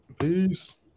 Peace